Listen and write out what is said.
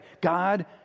God